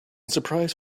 surprise